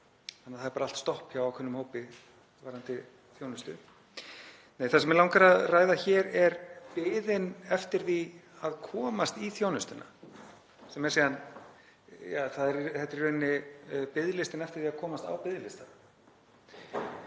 þannig að það er bara allt stopp hjá ákveðnum hópi varðandi þjónustu. Nei, það sem mig langar að ræða hér er biðin eftir því að komast í þjónustuna. Þetta er í rauninni biðlistinn eftir því að komast á biðlista.